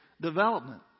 development